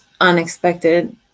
unexpected